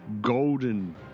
golden